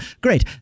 Great